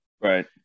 Right